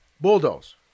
Bulldoze